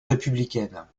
républicaine